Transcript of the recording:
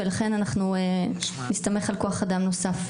ולכן אנחנו נסתמך על כוח אדם נוסף.